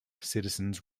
citizens